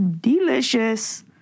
delicious